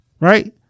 Right